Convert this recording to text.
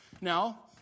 Now